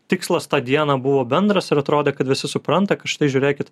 tikslas tą dieną buvo bendras ir atrodė kad visi supranta kad štai žiūrėkit